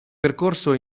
percosso